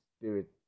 spirit